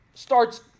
starts